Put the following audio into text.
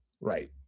Right